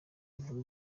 inkuru